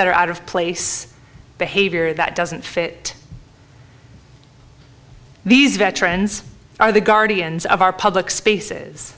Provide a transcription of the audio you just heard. that are out of place behavior that doesn't fit these veterans are the guardians of our public spaces